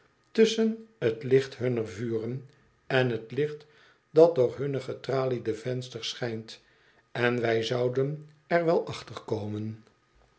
tusschen t licht hunner vuren en t licht dat door hunne getraliede vensters schijnt en wij zouden er wel achter komen